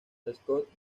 scott